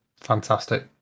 fantastic